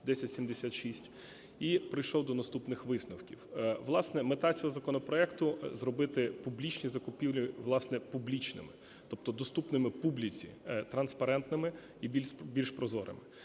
(1076) і прийшов до наступних висновків. Власне, мета цього законопроекту – зробити публічні закупівлі, власне, публічними, тобто доступними публіці, транспарентними і більш прозорими.